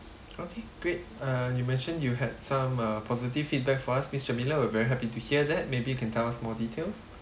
okay great uh you mentioned you had some uh positive feedback for us mister miller we're very happy to hear that maybe you can tell us more details